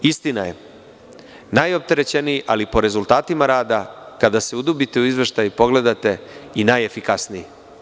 Istina je, najopterećeniji, ali po rezultatima rada, kada se udubite u izveštaj i pogledate - i najefikasniji.